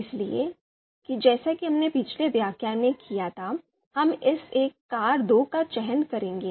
इसलिए जैसा कि हमने पिछले व्याख्यान में किया था हम इस एक कार 2 का चयन करेंगे